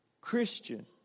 Christian